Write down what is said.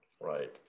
Right